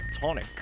Tonic